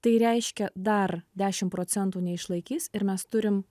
tai reiškia dar dešimt procentų neišlaikys ir mes turim